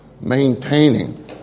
maintaining